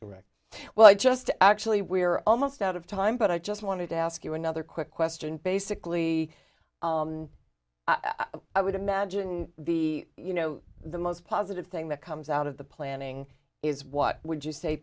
right well i just actually we're almost out of time but i just wanted to ask you another quick question basically i would imagine the you know the most positive thing that comes out of the planning is what would you say